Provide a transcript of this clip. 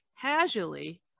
casually